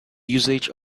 usage